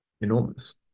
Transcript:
enormous